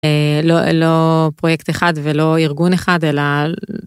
לא לא פרויקט אחד ולא ארגון אחד אלא...